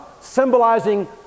symbolizing